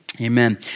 Amen